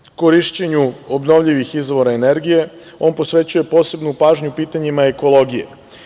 Zakon o korišćenju obnovljivih izvora energije posvećuje posebnu pažnju pitanjima ekologije.